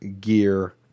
gear